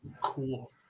cool